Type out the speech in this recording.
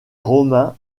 romains